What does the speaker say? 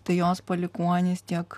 tai jos palikuonys tiek